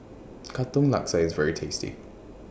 Katong Laksa IS very tasty